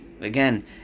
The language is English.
again